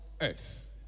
earth